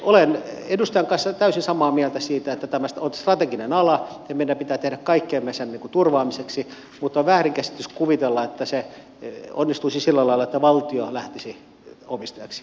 olen edustajan kanssa täysin samaa mieltä siitä että tämä on strateginen ala ja meidän pitää tehdä kaikkemme sen turvaamiseksi mutta on väärinkäsitys kuvitella että se onnistuisi sillä lailla että valtio lähtisi omistajaksi